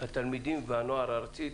התלמידים והנוער הארצית,